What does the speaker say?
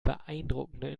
beeindruckende